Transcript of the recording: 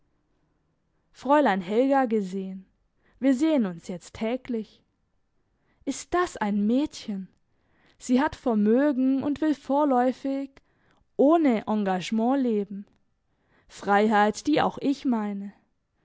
fräulein helga gesehen wir sehen uns jetzt täglich ist das ein mädchen sie hat vermögen und will vorläufig ohne engagement leben freiheit die auch ich meine